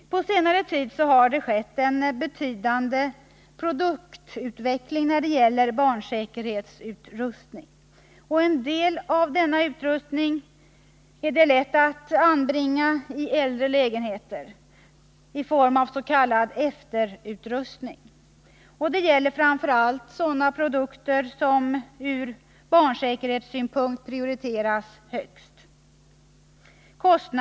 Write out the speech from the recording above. På senare tid har en betydande produktutveckling ägt rum när det gäller barnsäkerhetsutrustning. En del av denna utrustning är lätt att anbringa i äldre lägenheter i form avs.k. efterutrustning. Det gäller framför allt sådana produkter som från barnsäkerhetssynpunkt prioriteras högst.